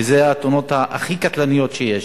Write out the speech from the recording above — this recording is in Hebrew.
ואלה התאונות הכי קטלניות שיש.